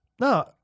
No